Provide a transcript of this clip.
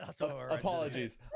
Apologies